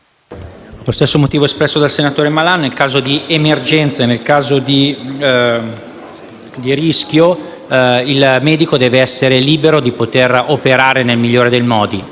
lo stesso motivo espresso dal senatore Malan ritengo che, in caso di emergenze e di rischio, il medico debba essere libero di poter operare nel migliore dei modi.